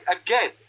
again